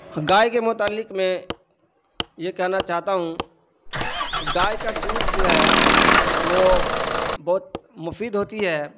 گائے کے متعلق میں یہ کہنا چاہتا ہوں گائے کا دودھ جو ہے وہ بہت مفید ہوتی ہے